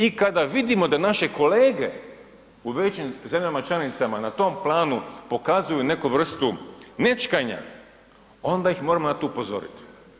I kada vidimo da naše kolege u većim zemljama članicama na tom planu pokazuju neku vrstu nećkanja onda ih na to moramo upozoriti.